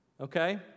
Okay